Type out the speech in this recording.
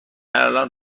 الان